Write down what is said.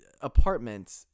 apartment